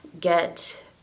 get